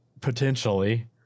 Potentially